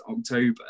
October